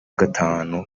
gatanu